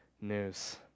news